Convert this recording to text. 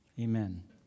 amen